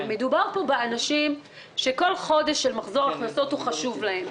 מדובר פה באנשים שכל חודש של מחזור הכנסות חשוב להם.